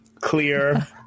clear